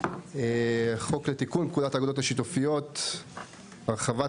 חוק לתיקון פקודת האגודות השיתופיות (הרחבת